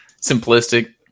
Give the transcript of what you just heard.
simplistic